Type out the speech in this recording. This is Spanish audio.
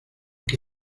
que